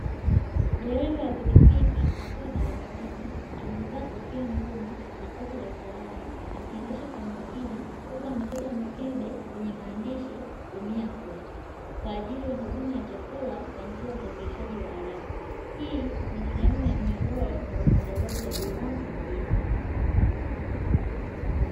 Dereva wa pikipiki akiwa barabarani amevaa kofia ngumu na koti la usalama, akiendesha kwa umakini huku amebeba mkebe wenye maandishi "Jumia Food" kwa ajili ya huduma ya chakula kwa njia ya usafirishaji wa haraka. Hii ni sehemu ya mnyororo wa usambazaji wa bidhaa mjini.